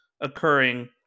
occurring